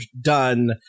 done